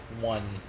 one